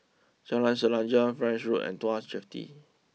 Jalan Sejarah French Road and Tuas Jetty